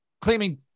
claiming